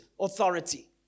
authority